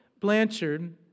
Blanchard